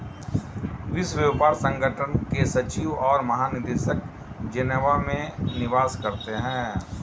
विश्व व्यापार संगठन के सचिव और महानिदेशक जेनेवा में निवास करते हैं